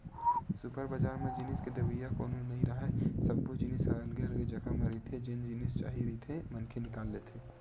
super बजार म जिनिस के देवइया कोनो नइ राहय, सब्बो जिनिस ह अलगे अलगे जघा म रहिथे जेन जिनिस चाही रहिथे मनखे निकाल लेथे